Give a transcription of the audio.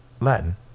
Latin